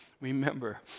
Remember